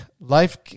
Life